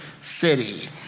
city